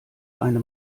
eine